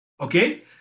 Okay